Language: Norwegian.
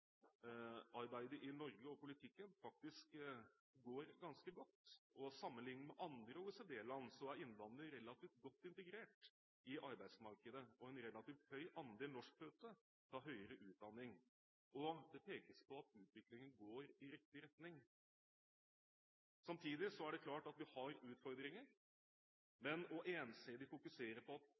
i Norge – og integreringspolitikken – faktisk går ganske godt. Sammenliknet med andre OECD-land er innvandrere relativt godt integrert i arbeidsmarkedet, og en relativt høy andel norskfødte tar høyere utdanning. Det pekes på at utviklingen går i riktig retning. Samtidig er det klart at vi har utfordringer. Men ensidig å fokusere på